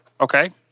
Okay